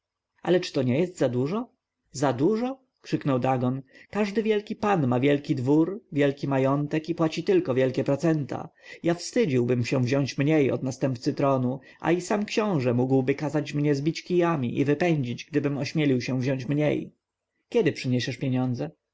ale czy to nie za dużo za dużo krzyknął dagon każdy wielki pan ma wielki dwór wielki majątek i płaci tylko wielkie procenta ja wstydziłbym się wziąć mniej od następcy tronu a i sam książę mógłby kazać mnie zbić kijami i wypędzić gdybym ośmielił się wziąć mniej kiedy przyniesiesz pieniądze